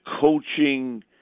coaching